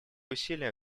усилия